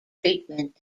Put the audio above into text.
treatment